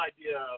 idea